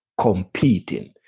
competing